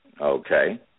Okay